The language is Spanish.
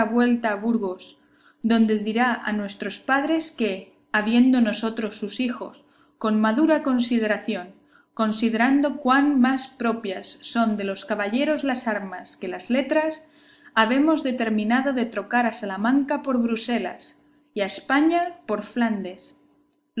vuelta a burgos donde dirá a nuestros padres que habiendo nosotros sus hijos con madura consideración considerado cuán más propias son de los caballeros las armas que las letras habemos determinado de trocar a salamanca por bruselas y a españa por flandes